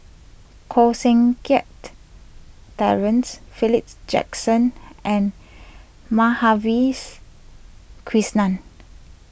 Koh Seng Kiat Terence Philip's Jackson and Madhavi's Krishnan